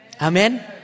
Amen